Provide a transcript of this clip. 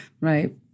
right